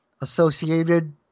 associated